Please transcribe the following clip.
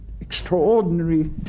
extraordinary